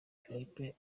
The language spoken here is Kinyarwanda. philippe